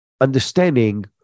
understanding